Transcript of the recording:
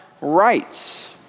rights